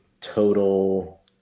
total